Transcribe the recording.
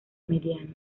mediano